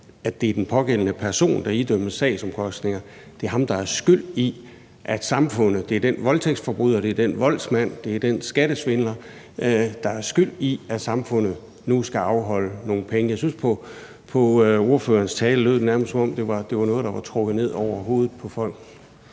at det er den pågældende person, der idømmes sagsomkostninger – det er den voldtægtsforbryder, det er den voldsmand, det er den skattesvindler – der er skyld i, at samfundet nu skal afholde nogle penge? Jeg syntes, at det på ordførerens tale nærmest lød, som om det var noget, der var trukket ned over hovedet på folk.